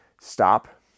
stop